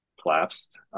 collapsed